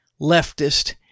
leftist